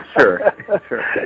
Sure